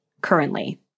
currently